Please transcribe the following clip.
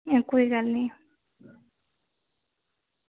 ओह् कोई गल्ल निं